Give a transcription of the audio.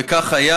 וכך היה.